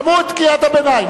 שמעו את קריאת הביניים.